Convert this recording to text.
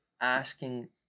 asking